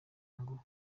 ngo